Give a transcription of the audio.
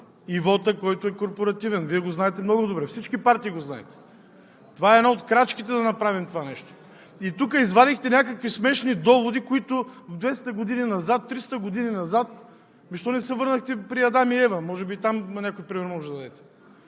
и вота, който е корпоративен. Вие го знаете много добре, всички партии го знаете! Това е една от крачките да направим това нещо. Тук извадихте някакви смешни доводи, които са от 200 години назад, 300 години назад?! Ами защо не се върнахте при Адам и Ева? Може би и там да дадете